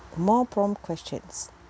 more prompt questions